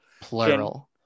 plural